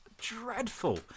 dreadful